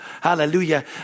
hallelujah